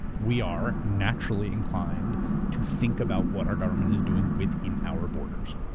we are naturally inclined to think about what our government is doing within our borders.